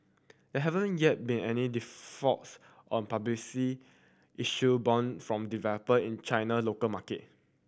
there haven't yet been any defaults on issued bond from developer in China local market